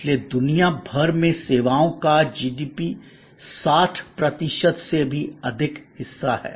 इसलिए दुनिया भर में सेवाओं का GDP 60 प्रतिशत से अधिक हिस्सा है